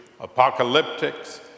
apocalyptics